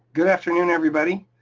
good afternoon everybody.